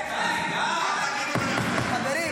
זה לא יפה ------ חברים,